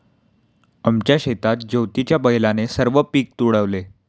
आमच्या शेतात ज्योतीच्या बैलाने सर्व पीक तुडवले